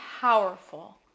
powerful